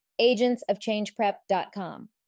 agentsofchangeprep.com